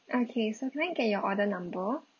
okay so can I get your order number